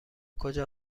کجا